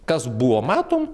kas buvo matom